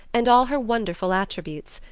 and all her wonderful attributes.